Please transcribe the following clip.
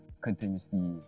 continuously